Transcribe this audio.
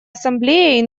ассамблеей